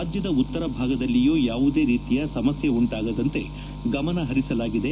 ರಾಜ್ಯದ ಉತ್ತರ ಭಾಗದಲ್ಲಿಯೂ ಯಾವುದೇ ರೀತಿಯ ಸಮಸ್ಯೆ ಉಂಟಾಗದಂತೆ ಗಮನ ಹರಿಸಲಾಗಿದೆ